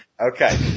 Okay